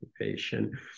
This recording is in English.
occupation